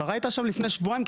השרה הייתה שם לפני שבועיים,